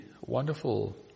wonderful